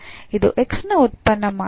ಇದು x ನ ಉತ್ಪನ್ನ ಮಾತ್ರ